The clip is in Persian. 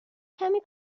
کمی